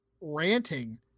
ranting